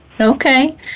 Okay